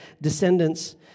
descendants